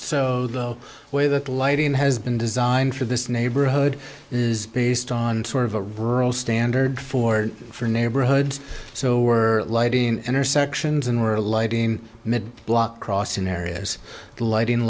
so the way that lighting has been designed for this neighborhood is based on sort of a rural standard for for neighborhoods so we're lighting intersections and were lighting blot crossing areas lighting